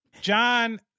John